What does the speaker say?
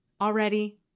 Already